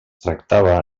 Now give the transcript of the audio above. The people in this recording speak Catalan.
tractava